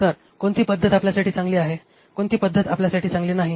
तर कोणती पद्धत आपल्यासाठी चांगली आहे कोणती पद्धत आपल्यासाठी चांगली नाही